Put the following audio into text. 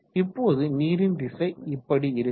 இப்போது நீரின் திசை இப்படி இருக்கும்